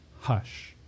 hush